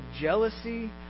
jealousy